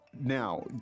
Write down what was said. now